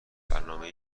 برنامه